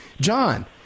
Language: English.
John